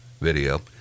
Video